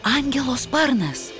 angelo sparnas